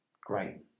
Great